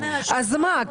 אז מה?